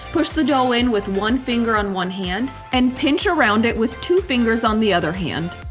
push the dough in with one finger on one hand and pinch around it with two fingers on the other hand.